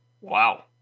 wow